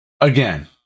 Again